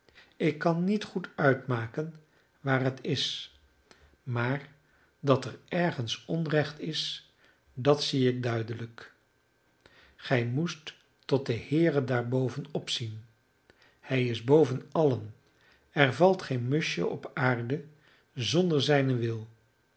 ik kan niet goed uitmaken waar het is maar dat er ergens onrecht is dat zie ik duidelijk gij moest tot den heere daarboven opzien hij is boven allen er valt geen muschje op aarde zonder zijnen wil